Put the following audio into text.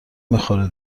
میخوره